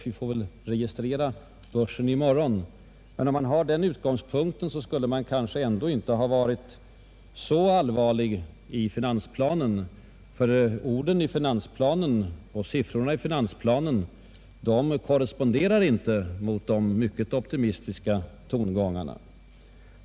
Vi får väl registrera kurserna i morgon. Men om herr Sträng har den utgångspunkten skulle han kanske inte ha varit så allvarlig i finansplanen. Orden och siffrorna där korresponderar inte med de optimistiska tongångarna nu.